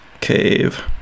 cave